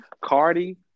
Cardi